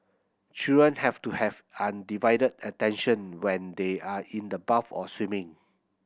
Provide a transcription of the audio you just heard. children have to have undivided attention when they are in the bath or swimming